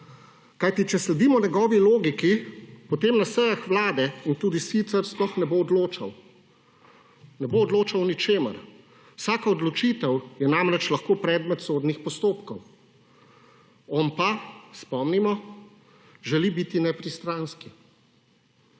Kajti če sledimo njegovi logiki, potem na sejah Vlade in tudi sicer sploh ne bo odločal. Ne bo odločal o ničemer. Vsaka odločitev je namreč lahko predmet sodnih postopkov. On pa, spomnimo, želi biti nepristranski.